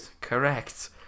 Correct